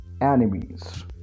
enemies